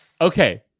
Okay